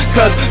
Cause